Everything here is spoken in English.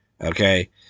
Okay